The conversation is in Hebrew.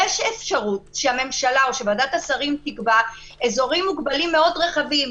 יש אפשרות שוועדת שרים תקבע אזורים מוגבלים מאוד רחבים.